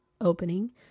opening